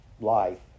life